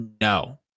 no